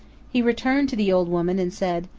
he returned to the old woman and said,